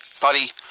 Buddy